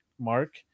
mark